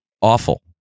awful